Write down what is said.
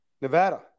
Nevada